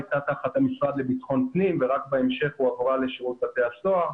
הייתה תחת המשרד לביטחון פנים ורק בהמשך הועברה לשירות בתי הסוהר.